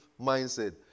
mindset